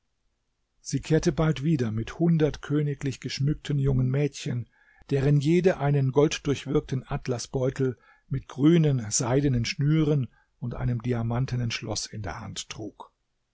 sie kehrte bald wieder mit hundert königlich geschmückten jungen mädchen deren jede einen golddurchwirkten atlasbeutel mit grünen seidenen schnüren und einem diamantenen schloß in der hand trug